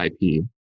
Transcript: IP